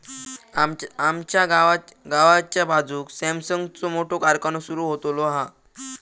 आमच्या गावाच्या बाजूक सॅमसंगचो मोठो कारखानो सुरु होतलो हा